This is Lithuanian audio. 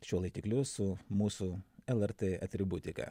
šiuo laikikliu su mūsų lrt atributika